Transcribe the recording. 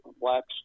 blacks